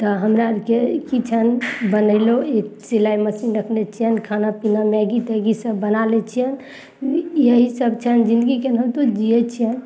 तऽ हमरा अरके की छनि बनेलहुँ सिलाइ मशीन रखने छियनि खाना पीना मैगी तैगी सब बना लै छियनि यही सब छनि जिनगी केनाहितो जीयै छियनि